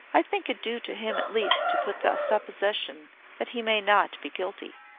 i think it due to him at least to put the supposition that he may not be guilty.